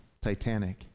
Titanic